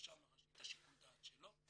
המרשם הראשי את שיקול הדעת שלו.